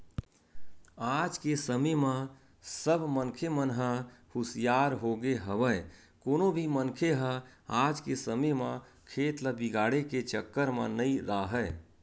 आज के समे म सब मनखे मन ह हुसियार होगे हवय कोनो भी मनखे ह आज के समे म खेत ल बिगाड़े के चक्कर म नइ राहय